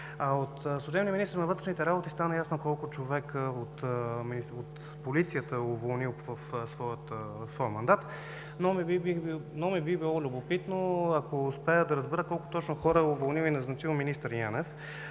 От служебния министър на вътрешните работи стана ясно колко човека от полицията е уволнил в своя мандат, но би ми било любопитно, ако успея да разбера колко точно хора е уволнил и назначил министър Янев,